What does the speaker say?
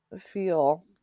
feel